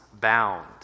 bound